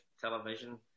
television